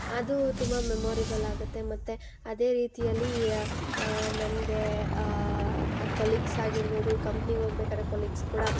ಅದು ತುಂಬ ಮೆಮೋರಿಬಲ್ ಆಗುತ್ತೆ ಮತ್ತು ಅದೇ ರೀತಿಯಲ್ಲಿ ನನಗೆ ಕೊಲೀಗ್ಸ್ ಆಗಿರ್ಬೋದು ಕಂಪ್ನಿಗೆ ಹೋಗಬೇಕಾದರೆ ಕೊಲೀಗ್ಸ್ ಕೂಡ